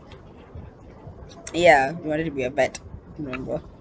ya you wanted to be a vet remember